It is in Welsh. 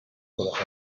gwelwch